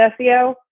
SEO